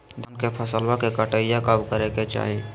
धान के फसलवा के कटाईया कब करे के चाही?